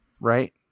Right